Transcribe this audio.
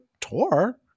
tour